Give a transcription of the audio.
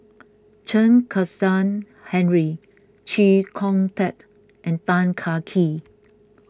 Chen Kezhan Henri Chee Kong Tet and Tan Kah Kee